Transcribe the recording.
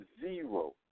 zero